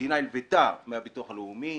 המדינה לוותה מהביטוח הלאומי